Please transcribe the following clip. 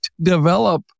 develop